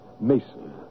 Mason